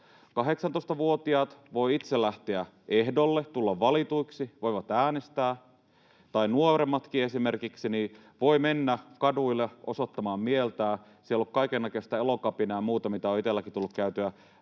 18-vuotiaat voivat itse lähteä ehdolle, tulla valituiksi, voivat äänestää. Ja nuoremmatkin esimerkiksi voivat mennä kaduille osoittamaan mieltään. Siellä on kaikennäköistä elokapinaa ja muuta, mitä on itsekin tullut käytyä